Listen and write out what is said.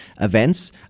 events